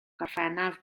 gorffennaf